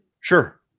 Sure